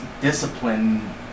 discipline